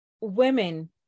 women